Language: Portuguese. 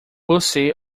você